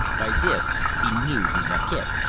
by this he knew he had hit.